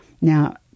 Now